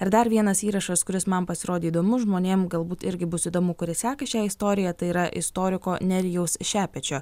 ir dar vienas įrašas kuris man pasirodė įdomus žmonėm galbūt irgi bus įdomu kurie seka šią istoriją tai yra istoriko nerijaus šepečio